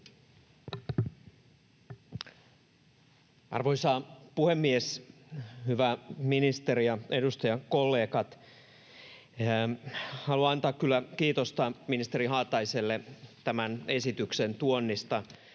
Arvoisa puhemies! Hyvä ministeri ja edustajakollegat! Haluan kyllä antaa kiitosta ministeri Haataiselle tämän esityksen tuonnista